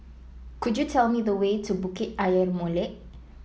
could you tell me the way to Bukit Ayer Molek